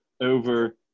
over